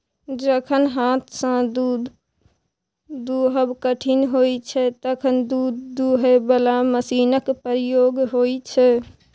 जखन हाथसँ दुध दुहब कठिन होइ छै तखन दुध दुहय बला मशीनक प्रयोग होइ छै